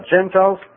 Gentiles